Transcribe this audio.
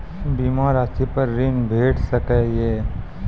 बीमा रासि पर ॠण भेट सकै ये?